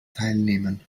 teilnehmen